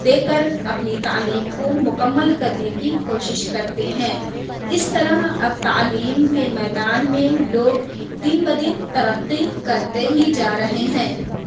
دے کر اپنی تعلیم کو مکمل کرنے کی کوشش کرتے ہیں اس طرح اب تعلیم کے میدان میں لوگ دن بہ دن ترقی کرتے ہی جا رہے ہیں